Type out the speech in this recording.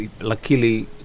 Luckily